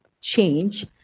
change